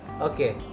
Okay